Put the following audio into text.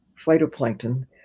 phytoplankton